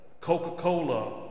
Coca-Cola